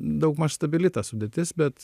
daugmaž stabili sudėtis bet